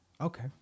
Okay